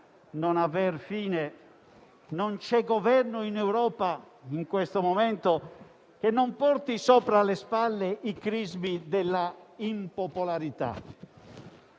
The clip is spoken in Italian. non aver fine, non c'è Governo in Europa in questo momento che non porti sulle spalle i crismi della impopolarità.